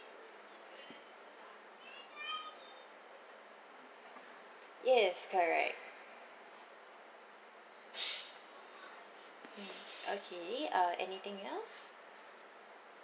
yes correct mm okay uh anything else